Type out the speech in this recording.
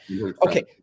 okay